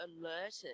alerted